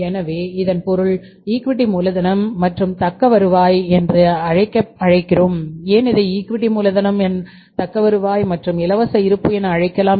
எனவே இதன் பொருள் ஈக்விட்டி மூலதனம் தக்க வருவாய் மற்றும் இலவச இருப்பு என அழைக்கலாம்